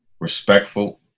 respectful